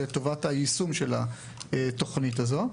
לטובת היישום של התכנית הזו.